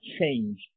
change